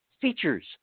features